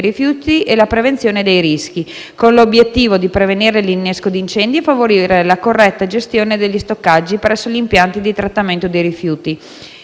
rifiuti e per la prevenzione dei rischi», con l'obiettivo di prevenire l'innesco d'incendi e favorire la corretta gestione degli stoccaggi presso gli impianti di trattamento dei rifiuti.